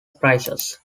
prices